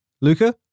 Luca